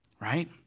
right